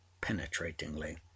penetratingly